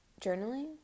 journaling